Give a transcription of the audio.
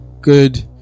good